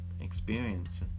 Experience